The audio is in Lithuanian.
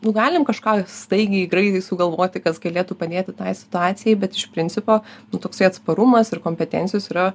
nu galim kažką staigiai graitai sugalvoti kas galėtų padėti tai situacijai bet iš principo nu toksai atsparumas ir kompetencijos yra